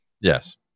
Yes